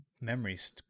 memories